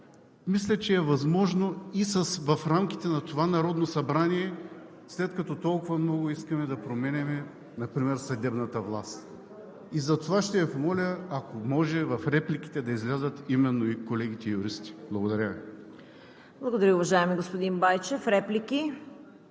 мисля, че е възможно и в рамките на това Народно събрание, след като толкова много искаме да променяме например съдебната власт. И затова ще Ви помоля, ако може, в репликите да излязат колегите юристи. Благодаря Ви. ПРЕДСЕДЕТАЛ ЦВЕТА КАРАЯНЧЕВА: Благодаря Ви, уважаеми господин Байчев. Реплика